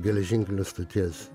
geležinkelio stoties